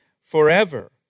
forever